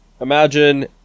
imagine